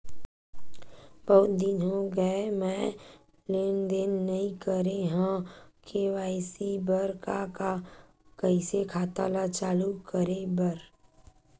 बहुत दिन हो गए मैं लेनदेन नई करे हाव के.वाई.सी बर का का कइसे खाता ला चालू करेबर?